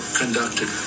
conducted